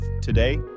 today